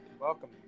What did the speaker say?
welcome